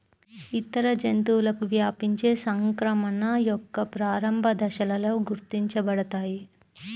ఇతర జంతువులకు వ్యాపించే సంక్రమణ యొక్క ప్రారంభ దశలలో గుర్తించబడతాయి